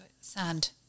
Sand